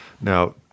Now